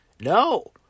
No